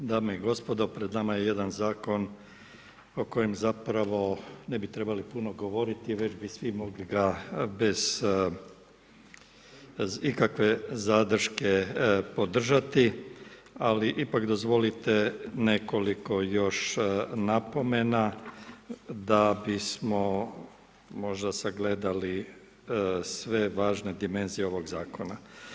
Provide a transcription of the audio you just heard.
Dame i gospodo, pred nama je jedan Zakon o kojem zapravo ne bi trebali puno govoriti, već bi svi mogli ga bez ikakve zadrške podržati, ali ipak dozvolite nekoliko još napomena da bismo možda sagledali sve važne dimenzije ovog Zakona.